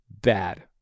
bad